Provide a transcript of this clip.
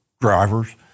drivers